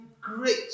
Great